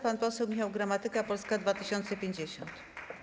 Pan poseł Michał Gramatyka, Polska 2050.